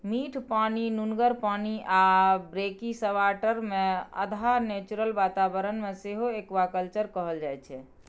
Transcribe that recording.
मीठ पानि, नुनगर पानि आ ब्रेकिसवाटरमे अधहा नेचुरल बाताबरण मे सेहो एक्वाकल्चर कएल जाइत छै